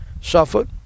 suffered